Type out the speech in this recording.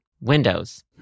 windows